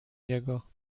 niego